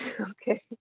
Okay